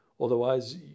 Otherwise